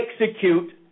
execute